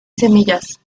semillas